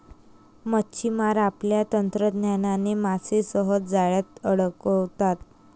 मच्छिमार आपल्या तंत्रज्ञानाने मासे सहज जाळ्यात अडकवतात